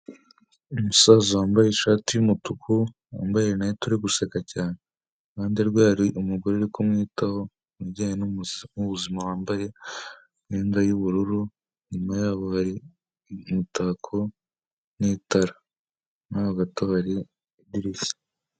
Umusaza wambaye ishati y'umutuku wambaye rinete uri guseka cyane. Iruhande rwe hari umugore uri kumwitaho mu bijyanye n'ubuzima wambaye imyenda y'ubururu, inyuma yabo hari umutako n'itara. Inyuma yabo gato hari n'idirishya.